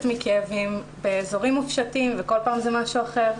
מכאבים באזורים מופשטים וכל פעם זה משהו אחר,